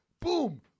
boom